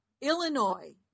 Illinois